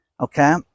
Okay